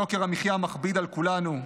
יוקר המחיה מכביד על כולנו,